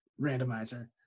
randomizer